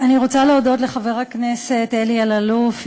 אני רוצה להודות לחבר הכנסת אלי אלאלוף,